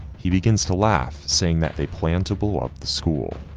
he begins to laugh saying that they plan to blow up the school.